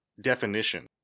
definition